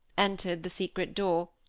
entered the secret door,